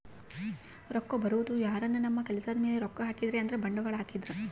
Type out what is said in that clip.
ರೊಕ್ಕ ಬರೋದು ಯಾರನ ನಮ್ ಕೆಲ್ಸದ್ ಮೇಲೆ ರೊಕ್ಕ ಹಾಕಿದ್ರೆ ಅಂದ್ರ ಬಂಡವಾಳ ಹಾಕಿದ್ರ